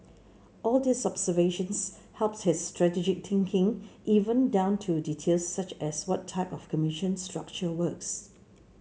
all these observations helped his strategic thinking even down to details such as what type of commission structure works